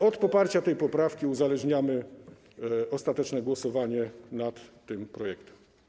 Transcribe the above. Od poparcia tej poprawki uzależniamy ostateczne głosowanie nad projektem.